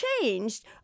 changed